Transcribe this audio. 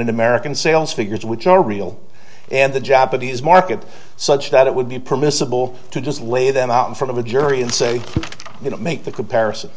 and american sales figures which are real and the japanese market such that it would be permissible to just lay them out in front of a jury and say you know make the comparison